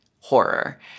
horror